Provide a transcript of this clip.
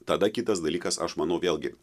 tada kitas dalykas aš manau vėlgi